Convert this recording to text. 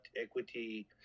equity –